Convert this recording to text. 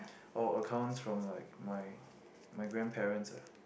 oh accounts from like my my grandparents ah